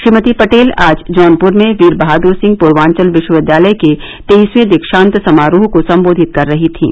श्रीमती पटेल आज जौनपुर में वीर बहादुर सिंह पूर्वांचल विश्वविद्यालय के तेईसवें दीक्षांत समारोह को संबोधित कर रही थीं